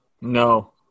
No